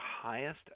highest